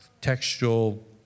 textual